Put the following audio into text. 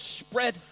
spread